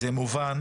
וזה מובן,